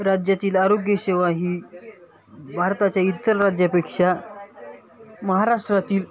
राज्यातील आरोग्यसेवा ही भारताच्या इतर राज्यापेक्षा महाराष्ट्रातील